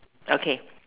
okay